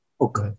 Okay